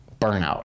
burnout